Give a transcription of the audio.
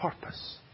purpose